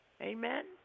Amen